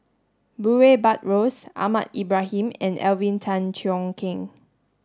Murray Buttrose Ahmad Ibrahim and Alvin Tan Cheong Kheng